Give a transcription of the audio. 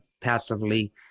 passively